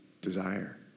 desire